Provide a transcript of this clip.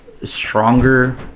stronger